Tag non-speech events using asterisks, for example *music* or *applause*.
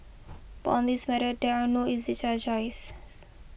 but on this matter there are not easy *unintelligible* choices